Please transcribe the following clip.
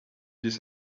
this